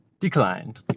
declined